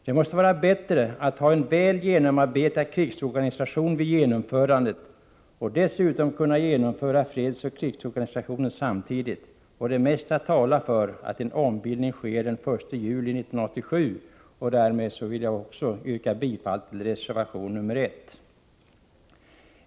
Det måste vara bättre att ha en väl genomarbetad krigsorganisation vid genomförandet och dessutom kunna genomföra fredsoch krigsorganisationen samtidigt. Det mesta talar för att en ombildning sker den 1 juli 1987. Jag yrkar därmed bifall till reservation 1.